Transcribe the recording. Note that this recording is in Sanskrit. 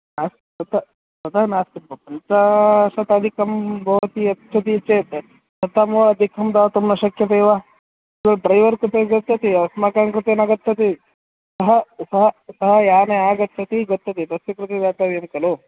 नास् तता तथा नास्ति पञ्चाशताधिकं भवति यच्छति चेद् शतम् अधिकं दातुं न शक्यते वा तत् ड्रैवर् कृते गच्छति आस्माकं कृते न गच्छति सः सः सः याने आगच्छति गच्छति तस्य कृते दातव्यं खलु